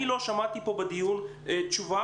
אני לא שמעתי פה בדיון תשובה,